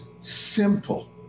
simple